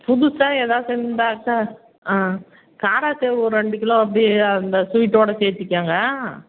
புதுசாக எதாவது செஞ்சுருந்தாக்கா ஆ காராச்சேவ் ஒரு ரெண்டு கிலோ அப்படியே அந்த ஸ்வீட்டோடு சேர்த்திக்கங்க